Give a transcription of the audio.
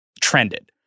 trended